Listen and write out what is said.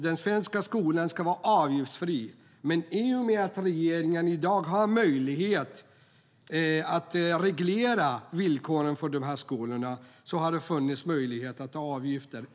Den svenska skolan ska vara avgiftsfri, men i och med att regeringen i dag har möjlighet att reglera villkoren för dessa skolor har det funnits möjlighet till avgifter.